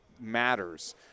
matters